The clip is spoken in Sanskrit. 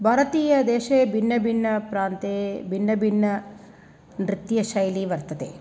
भारतीयदेशे भिन्नभिन्नप्रान्ते भिन्नभिन्ननृत्यशैली वर्तते